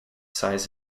size